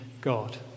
God